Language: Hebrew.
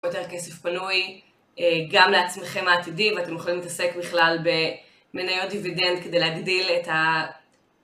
יותר כסף פנוי גם לעצמכם העתידי ואתם יכולים להתעסק בכלל במניות דיווידנט כדי להגדיל את ה...